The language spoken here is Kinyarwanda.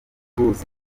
cruz